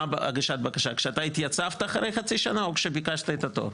הגשת הבקשה כשהתייצבת אחרי חצי שנה או כשביקשת את התור?